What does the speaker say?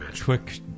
quick